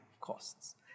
costs